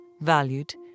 valued